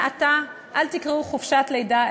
מעתה אל תאמרו חופשת לידה,